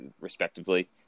respectively